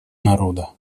народа